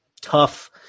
tough